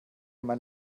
man